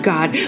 God